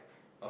of